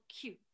cute